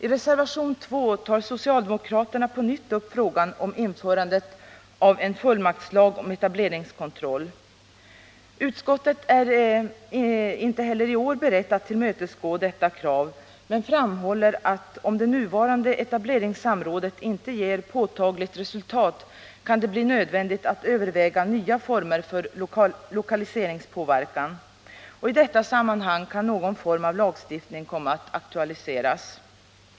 I reservation 2 tar socialdemokraterna på nytt upp frågan om införandet av en fullmaktslag om etableringskontroll. Utskottet är inte heller i år berett att tillmötesgå detta krav men framhåller att om det nuvarande etableringssamrådet inte ger påtagligt resultat kan det bli nödvändigt att överväga nya former för lokaliseringspåverkan. I det sammanhanget kan någon form av lagstiftning komma att aktualiseras.